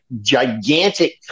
gigantic